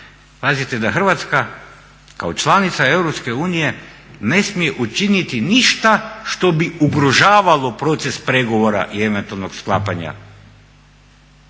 pazite, da Hrvatska kao članica EU ne smije učiniti ništa što bi ugrožavalo proces pregovora i eventualnog sklapanja